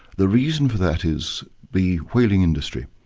the reason for that is the whaling industry,